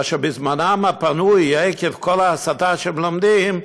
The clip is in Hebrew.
אשר בזמנם הפנוי, עקב כל ההסתה שמלמדים,